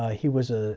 ah he was ah